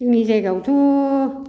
जोंनि जायगायावथ'